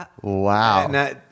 Wow